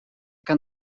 kan